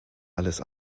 alles